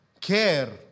care